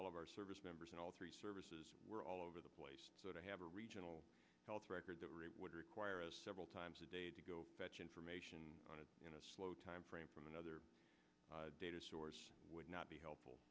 all of our service members in all three services were all over the place so to have a regional health record that would require several times a day to go fetch information in a slow timeframe from another data source would not be helpful